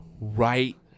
right